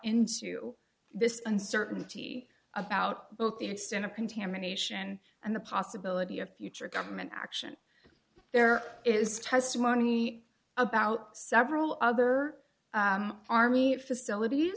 into this uncertainty about both the extent of contamination and the possibility of future government action there is testimony about several other army facilit